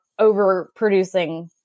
overproducing